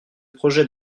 projet